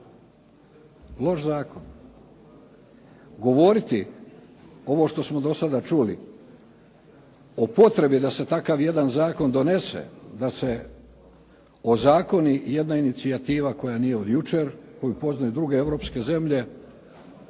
Loš zakon. Govoriti ovo što smo do sada čuli o potrebi da se takav jedan zakon donese da se ozakoni jedna inicijativa koja nije od jučer, koji poznaju druge europske zemlje,